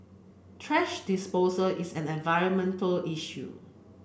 thrash disposal is an environmental issue